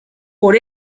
por